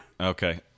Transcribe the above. okay